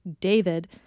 David